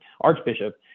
archbishop